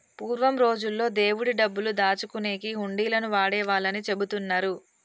పూర్వం రోజుల్లో దేవుడి డబ్బులు దాచుకునేకి హుండీలను వాడేవాళ్ళని చెబుతున్నరు